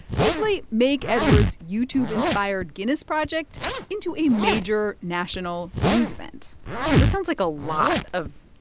basically make eduard's youtube-inspired guinness project into a major national news event this sounds like a lot of,